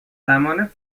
زمان